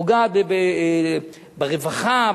פוגעת ברווחה,